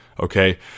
okay